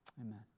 Amen